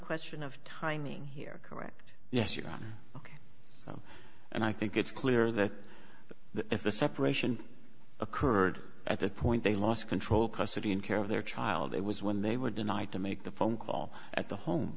question of timing here correct yes you're ok and i think it's clear that the if the separation occurred at that point they lost control custody and care of their child it was when they were denied to make the phone call at the home